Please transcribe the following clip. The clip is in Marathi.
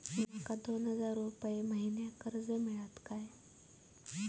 माका दोन हजार रुपये मासिक कर्ज मिळात काय?